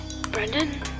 Brendan